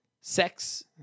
sex